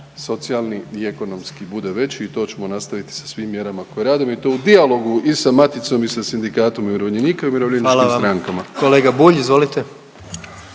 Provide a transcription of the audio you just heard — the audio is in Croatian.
socijalni i ekonomski bude veći i to ćemo nastaviti sa svim mjerama koje radimo i to u dijalogu i sa Maticom i sa Sindikatom umirovljenika i Umirovljeničkim strankama. **Jandroković, Gordan